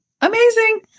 Amazing